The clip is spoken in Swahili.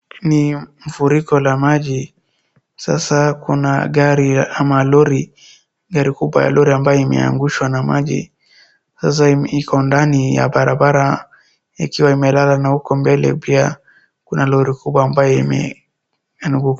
Ni mfuriko la maji. Sasa kuna gari ama lori, gari kubwa ya lori ambayo imeangushwa na maji. Sasa iko ndani ya barabara ikiwa imelala na huko mbele pia kuna lori kubwa ambayo ime anguka.